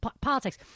politics